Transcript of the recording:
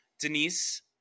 Denise